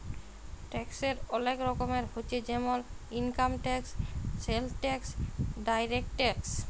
ট্যাক্সের ওলেক রকমের হচ্যে জেমল income tax, sales tax, direct tax